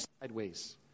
sideways